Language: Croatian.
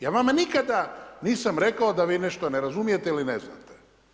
Ja vama nikada nisam rekao da vi nešto ne razumijete ili ne znate.